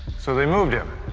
so, they moved him.